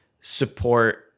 support